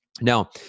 Now